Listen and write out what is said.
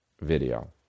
Video